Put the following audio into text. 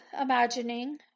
imagining